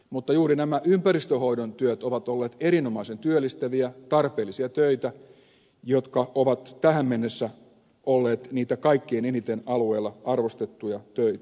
mutta juuri nämä ympäristönhoidon työt ovat olleet erinomaisen työllistäviä ja tarpeellisia töitä jotka ovat tähän mennessä olleet niitä kaikkein eniten alueella arvostettuja töitä